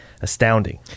astounding